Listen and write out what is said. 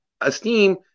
esteem